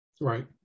Right